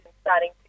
starting